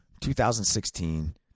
2016